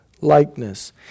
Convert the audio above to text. likeness